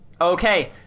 Okay